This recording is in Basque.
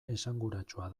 esanguratsua